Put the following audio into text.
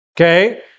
Okay